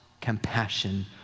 compassion